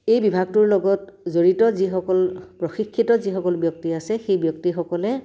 এই বিভাগটোৰ লগত জড়িত যিসকল প্ৰশিক্ষিত যিসকল ব্যক্তি আছে সেই ব্যক্তিসকলে